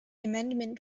amendment